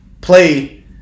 play